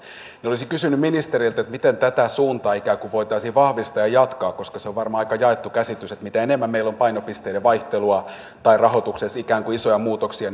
olisin kysynyt ministeriltä miten tätä suuntaa voitaisiin vahvistaa ja jatkaa koska se on varmaan aika jaettu käsitys että mitä enemmän meillä on painopisteiden vaihtelua tai rahoituksessa ikään kuin isoja muutoksia